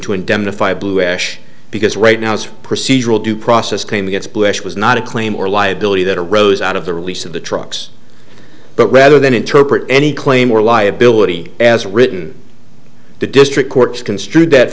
indemnify blue ash because right now it's procedural due process claiming it's bush was not a claim or liability that arose out of the release of the trucks but rather than interpret any claim or liability as written the district courts construed that